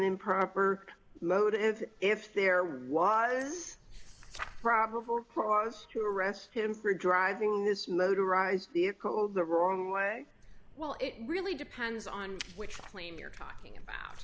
improper motive if there was probable cause to arrest him for driving this motorized vehicle the wrong way well it really depends on which claim you're talking about